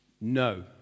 No